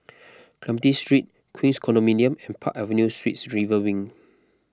Clementi Street Queens Condominium and Park Avenue Suites River Wing